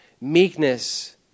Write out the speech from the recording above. Meekness